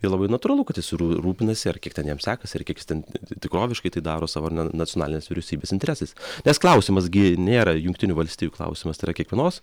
ir labai natūralu kad jis rū rūpinasi ar kiek ten jam sekasi ar kiek jis ten ti tikroviškai tai daro savo ar ne nacionalinės vyriausybės interesais nes klausimas gi nėra jungtinių valstijų klausimas tai yra kiekvienos